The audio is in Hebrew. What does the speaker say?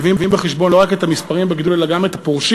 מביאים בחשבון לא רק את המספרים של הגידול אלא גם את הפורשים,